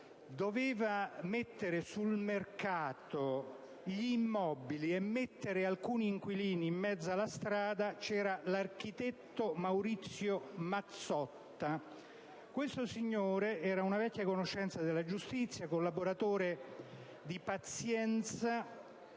doveva mettere sul mercato gli immobili e mettere alcuni inquilini in mezzo alla strada, c'era l'architetto Maurizio Mazzotta. Questo signore era una vecchia conoscenza della giustizia, collaboratore di Francesco